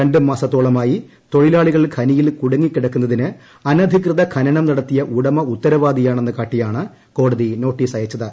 രണ്ടുമാസത്തോളമായി തൊഴിലാളികൾ ഖനിയിൽ കുടുങ്ങി കിടക്കുന്നതിന് അനധികൃത ഖനനം നടത്തിയ ഉടമ ഉത്തരവാദിയാ ണെന്ന് കാട്ടിയാണ് കോടതി നോട്ടീസ്ട് അയച്ചത്